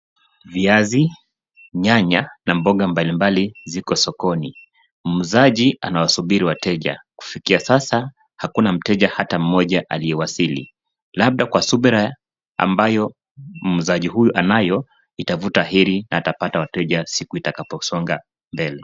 Viazi, nyanya na mboga mbalimbali ziko sokoni. Muuzaji anawasubiri wateja. Kufikia sasa hakuna mteja hata mmoja aliyewasili, labda kwa subira ambayo muuzaji huyu anayo atavuta heri na atapata wateja siku itakaposonga mbele.